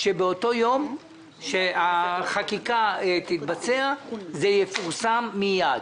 שבאותו יום שהחקיקה תתבצע, זה יפורסם מיד.